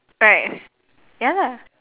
right ya lah